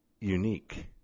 unique